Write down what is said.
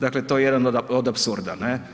Dakle to je jedan od apsurda, ne.